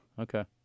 Okay